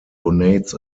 donates